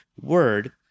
word